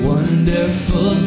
Wonderful